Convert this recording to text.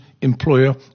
employer